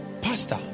Pastor